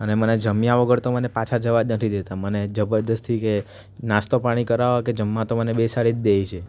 અને મને જમ્યા વગર તો મને પાછા જવા જ નથી દેતા મને જબરદસ્તી કે નાસ્તો પાણી કરાવે કે જમવા તો મને બેસાડી જ દે છે